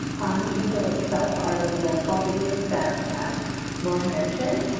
on the eagle itself are those roll call videos that lauren mentioned.